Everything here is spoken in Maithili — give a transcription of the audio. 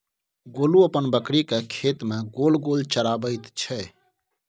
गोलू अपन बकरीकेँ खेत मे गोल गोल चराबैत छै